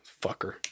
fucker